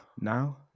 now